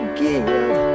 give